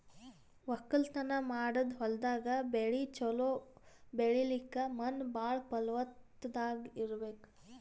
ವಕ್ಕಲತನ್ ಮಾಡದ್ ಹೊಲ್ದಾಗ ಬೆಳಿ ಛಲೋ ಬೆಳಿಲಕ್ಕ್ ಮಣ್ಣ್ ಭಾಳ್ ಫಲವತ್ತಾಗ್ ಇರ್ಬೆಕ್